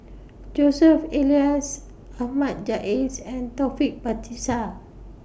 Joseph Elias Ahmad Jais and Taufik Batisah